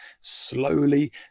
slowly